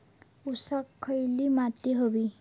ऊसाक खयली माती व्हयी?